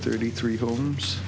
thirty three homes